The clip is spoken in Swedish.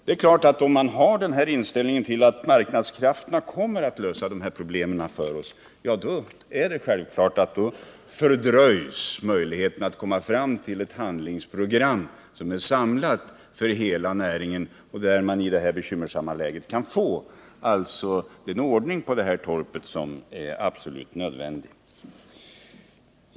Det är klart att om man har den här inställningen att marknadskrafterna kommer att lösa problemen för oss, så fördröjs tillvaratagandet av möjligheten att komma fram till ett handlingsprogram som är samlat för hela näringen och där man i detta bekymmersamma läge kan få den ordning på torpet som är absolut nödvändig.